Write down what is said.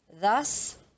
Thus